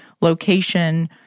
location